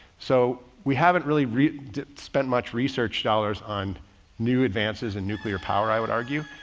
so we haven't really really spent much research dollars on new advances in nuclear power. i would argue,